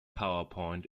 powerpoint